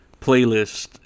playlist